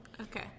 Okay